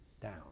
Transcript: down